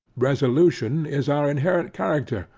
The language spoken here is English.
resolution is our inherent character,